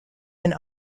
and